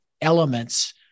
elements